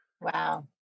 Wow